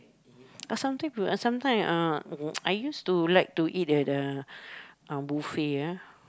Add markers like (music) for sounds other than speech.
but sometime (noise) sometime uh (noise) I used to like to eat at the uh buffet ah